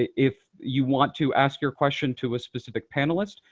if you want to ask your question to a specific panelist,